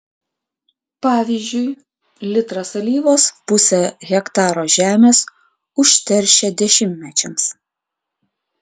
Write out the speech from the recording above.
pavyzdžiui litras alyvos pusę hektaro žemės užteršia dešimtmečiams